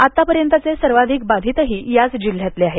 आतापर्यंतचे सर्वाधिक बाधितही याच जिल्ह्यातले आहेत